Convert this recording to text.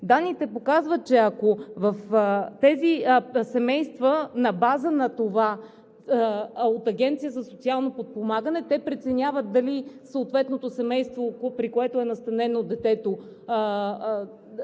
Данните показват, че ако в тези семейства, на база на това Агенцията за социално подпомагане преценява дали съответното семейство, при което е настанено детето,